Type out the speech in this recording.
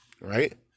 Right